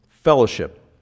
Fellowship